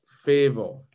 favor